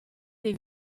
dei